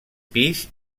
pis